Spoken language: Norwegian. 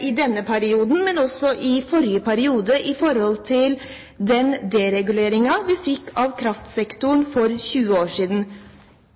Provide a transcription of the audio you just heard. i denne perioden, men også i forrige periode med tanke på den dereguleringen vi fikk av kraftsektoren for 20 år siden.